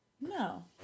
no